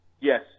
Yes